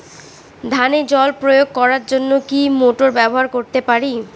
ধানে জল প্রয়োগ করার জন্য কি মোটর ব্যবহার করতে পারি?